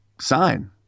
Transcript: sign